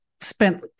spent